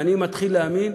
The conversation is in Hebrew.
ואני מתחיל להאמין